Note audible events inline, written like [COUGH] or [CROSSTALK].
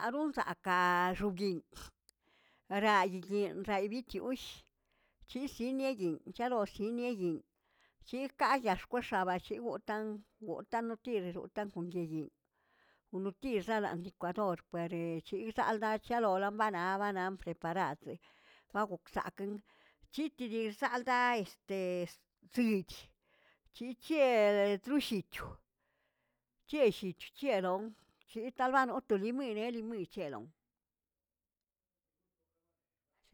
Ron zakaꞌa xuguiꞌin [NOISE] rayildin raybichiuꞌush, chisiꞌiniꞌe yinꞌ charoꞌsiniꞌe yin' chikaꞌyaxkwexabachiwotan wotaꞌnokiroꞌr wotaꞌn kon yiyinꞌ, wonotir zaran licuador pareꞌe chiꞌzaꞌal chalol manaꞌa banaꞌa preparadeꞌ, ba gokzakꞌeꞌn chitidizaldayi este ziꞌich, chichielel trushichoo chiꞌe llit chiꞌe lon chitalbanon to limeneꞌ limechelon.